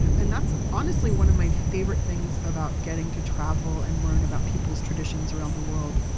and that's honestly one of my favorite things about getting to travel and learn about people's traditions around the world.